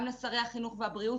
גם לשרי החינוך והבריאות,